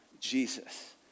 Jesus